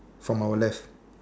from our left